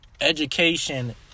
education